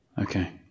Okay